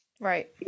Right